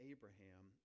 Abraham